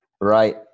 right